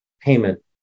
payment